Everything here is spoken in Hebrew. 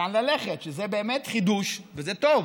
להיכן ללכת, שזה באמת חידוש וזה טוב,